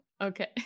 Okay